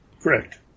Correct